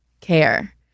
care